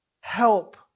help